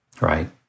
Right